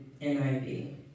NIV